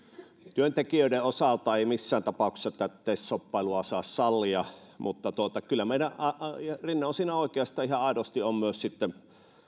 työntekijöiden osalta ei missään tapauksessa tätä tes shoppailua saa sallia mutta kyllä meidän ja rinne on siinä oikeassa ihan aidosti on myös sitten